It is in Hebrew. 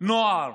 נוער